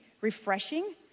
refreshing